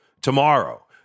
tomorrow